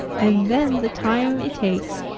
and then the time it takes,